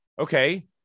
Okay